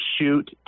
shoot